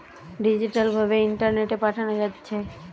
digital ভাবে ইন্টারনেটে পাঠানা যাচ্ছে